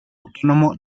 autónomo